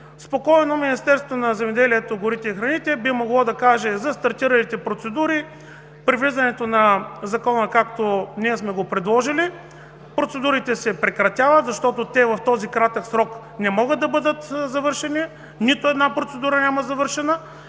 спокойно Министерството на земеделието, храните и горите би могло да каже: „За стартиралите процедури при влизането на Закона, както сме го предложили, процедурите се прекратяват, защото в този кратък срок не могат да бъдат завършени, няма завършена